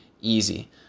easy